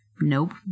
Nope